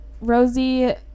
Rosie